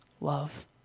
love